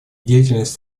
деятельность